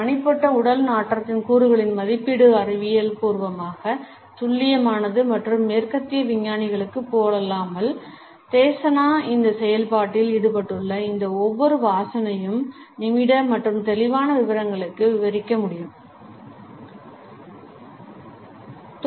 தனிப்பட்ட உடல் நாற்றத்தின் கூறுகளின் மதிப்பீடு அறிவியல் பூர்வமாக துல்லியமானது மற்றும் மேற்கத்திய விஞ்ஞானிகளைப் போலல்லாமல் தேசனா இந்த செயல்பாட்டில் ஈடுபட்டுள்ள இந்த ஒவ்வொரு வாசனையையும் நிமிட மற்றும் தெளிவான விவரங்களில் விவரிக்க முடிகிறது